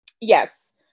Yes